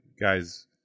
guys